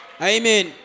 Amen